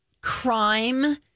crime